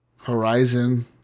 Horizon